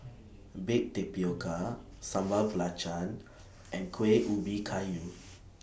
Baked Tapioca Sambal Belacan and Kueh Ubi Kayu